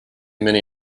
many